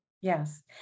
Yes